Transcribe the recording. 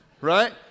Right